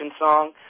song